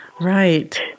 Right